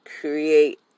create